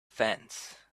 fence